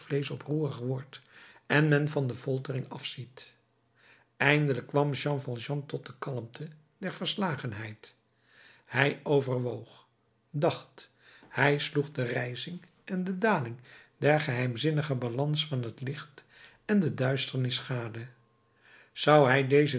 oproerig wordt en men van de foltering afziet eindelijk kwam jean valjean tot de kalmte der verslagenheid hij overwoog dacht hij sloeg de rijzing en de daling der geheimzinnige balans van het licht en de duisternis gade zou hij deze